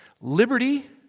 Liberty